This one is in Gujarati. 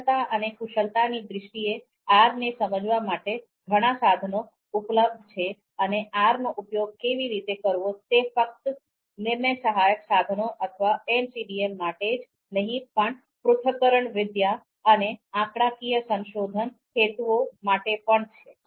કુશળતા અને કુશળતાની દ્રષ્ટિએR ને સમજવા માટે ઘણા સંસાધનો ઉપલબ્ધ છે અને R નો ઉપયોગ કેવી રીતે કરવો તે ફક્ત નિર્ણય સહાયક સાધનો અથવા MCDM માટે જ નહીં પણ પૃથક્કરણ વિદ્યા એનાલિટિક્સ analytics અને આંકડાકીય સંશોધન હેતુઓ માટે પણ છે